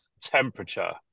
temperature